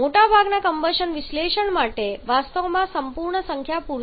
મોટાભાગના કમ્બશન વિશ્લેષણ માટે વાસ્તવમાં સંપૂર્ણ સંખ્યા પૂરતી છે